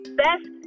best